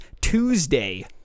Tuesday